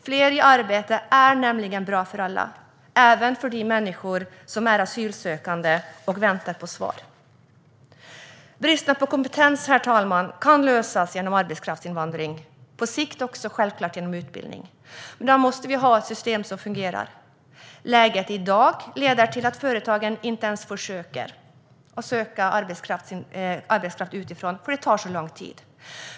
Fler i arbete är nämligen bra för alla, även för de människor som är asylsökande och väntar på svar. Bristen på kompetens, herr talman, kan lösas genom arbetskraftsinvandring - på sikt också självklart genom utbildning - men då måste vi ha ett system som fungerar. Läget i dag leder till att företagen inte ens försöker söka arbetskraft utifrån, för det tar så lång tid.